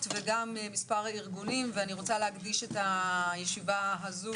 וגם מספר ארגונים ואני רוצה להקדיש את הישיבה הזו,